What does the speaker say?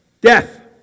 Death